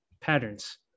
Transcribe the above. patterns